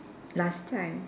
last time